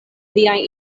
liaj